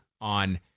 on